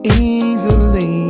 easily